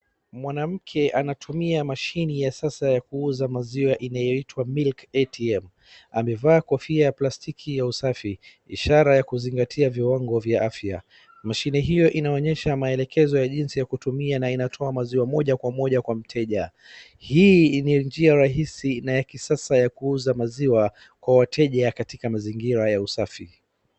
Mwanamke anatumia mashini ya sasa kuuza maziwa inayoitwa MILK ATM ,amevaa kofia ya plastiki ya usafi ishara ya kuzingatia usafi viwango vya afya. Mashini hiyo inaonyesha maelekezo jinsi ya kutumia na inatoa maziwa moja kwa moja kwa mteja. Hii ni njia harisi na ya kisasa ya kuuza maziwa kwa wateja katika mazingira ya usafi.